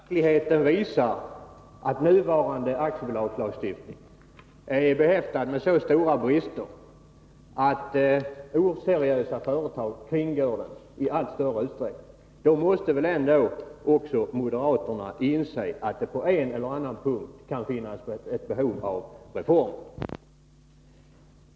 Fru talman! När verkligheten visar att nuvarande aktiebolagslagstifning är behäftad med så stora brister att oseriösa företag kringgår den i allt större utsträckning, måste väl ändå också moderaterna inse att det på en eller annan punkt kan finnas behov av reformer.